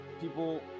people